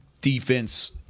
defense